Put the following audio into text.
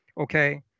okay